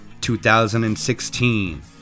2016